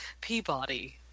Peabody